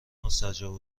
مستجاب